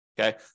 Okay